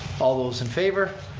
all those in favor,